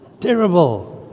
Terrible